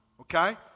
Okay